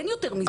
אין יותר מזה.